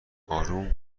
اروم